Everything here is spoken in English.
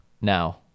Now